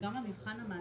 וגם המבחן המעשי,